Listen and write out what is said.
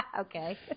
Okay